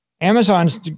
Amazon's